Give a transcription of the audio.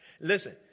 Listen